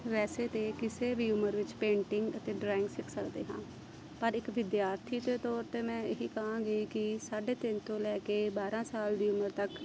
ਵੈਸੇ ਤਾਂ ਕਿਸੇ ਦੀ ਉਮਰ ਵਿੱਚ ਪੇਂਟਿੰਗ ਅਤੇ ਡਰਾਇੰਗ ਸਿੱਖ ਸਕਦੇ ਹਾਂ ਪਰ ਇੱਕ ਵਿਦਿਆਰਥੀ ਦੇ ਤੌਰ 'ਤੇ ਮੈਂ ਇਹ ਹੀ ਕਹਾਂਗੀ ਕਿ ਸਾਢੇ ਤਿੰਨ ਤੋਂ ਲੈ ਕੇ ਬਾਰਾਂ ਸਾਲ ਦੀ ਉਮਰ ਤੱਕ